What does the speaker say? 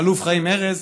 האלוף חיים ארז,